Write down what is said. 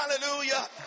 Hallelujah